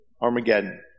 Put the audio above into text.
Armageddon